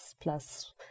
plus